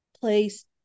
place